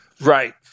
Right